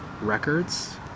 records